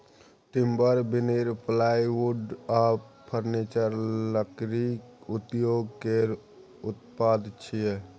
timber, veneer, plywood आ furniture लकड़ी उद्योग केर उत्पाद छियै